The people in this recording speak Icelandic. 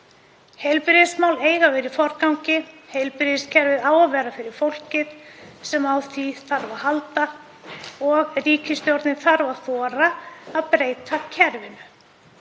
Heilbrigðismál eiga að vera í forgangi. Heilbrigðiskerfið á að vera fyrir fólkið sem á því þarf að halda og ríkisstjórnin þarf að þora að breyta kerfinu.